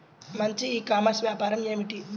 మంచి ecommerce వ్యాపారం ఏమిటీ?